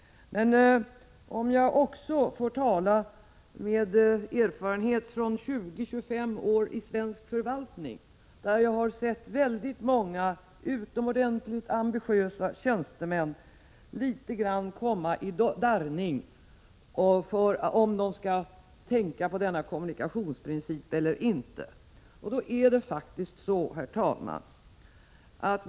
Men, herr talman, med erfarenhet från 20-25 års verksamhet i svensk förvaltning vill jag säga att jag där har sett många utomordentligt ambitiösa tjänstemän komma något i darrning när det gällt frågan om huruvida de skall tänka på denna kommunikationsprincip eller inte.